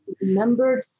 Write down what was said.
remembered